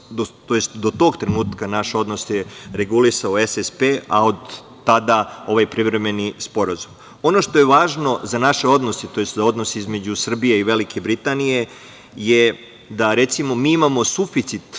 EU i do tog trenutka naš odnos je regulisao SSP, a od tada ovaj privremeni sporazum. Ono što je važno za naše odnose, tj. za odnose između Srbije i Velike Britanije, je da recimo mi imamo suficit